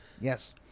Yes